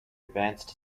advanced